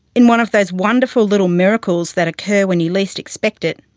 in one of those wonderful little miracles that occur when you least expect it,